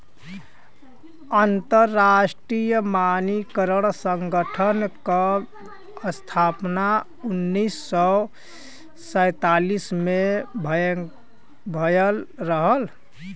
अंतरराष्ट्रीय मानकीकरण संगठन क स्थापना उन्नीस सौ सैंतालीस में भयल रहल